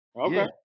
Okay